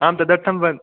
आं तदर्थं वय्